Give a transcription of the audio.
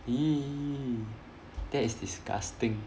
!ee! that is disgusting